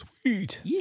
Sweet